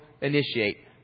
initiate